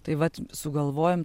tai vat sugalvojom